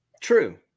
True